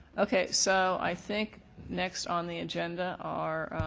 okay. so i think next on the agenda are